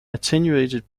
attenuated